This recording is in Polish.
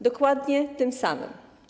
Dokładnie tym samym.